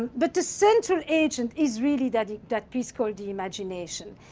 but the central agent is really that that piece called the imagination.